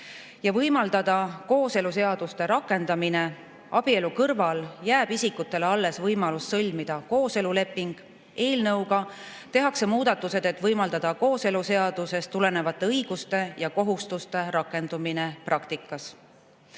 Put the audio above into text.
ja võimaldada kooseluseaduse rakendamine. Abielu kõrval jääb isikutele alles võimalus sõlmida kooseluleping. Eelnõu kohaselt tehakse muudatused, et võimaldada kooseluseadusest tulenevate õiguste ja kohustuste rakendumine praktikas.